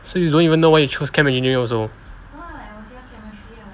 so you don't even know why you choose chem engineering also